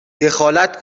دخالت